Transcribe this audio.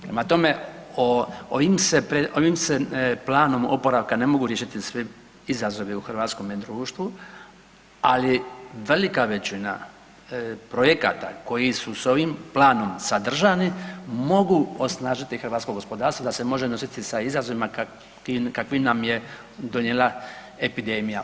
Prema tome, ovim se, ovim se planom oporavka ne mogu riješiti svi izazovi u hrvatskome društvu, ali velika većina projekata koji su s ovim planom sadržani mogu osnažiti hrvatsko gospodarstvo da se može nositi sa izazovima kakvi nam je donijela epidemija.